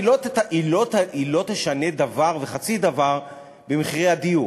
היא לא תשנה דבר וחצי דבר במחירי הדיור.